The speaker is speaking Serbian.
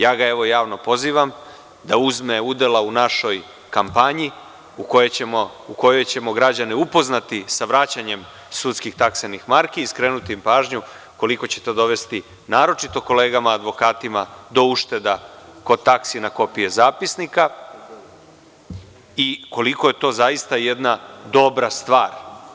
Ja ga javno pozivam da uzme udela u našoj kampanji, u kojoj ćemo građane upoznati sa vraćanjem sudskih taksenih marki i skrenuti im pažnju koliko će to dovesti, naročito kolegama advokatima do ušteda kod taksi na kopije zapisnika i koliko je to zaista jedna dobra stvar.